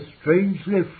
strangely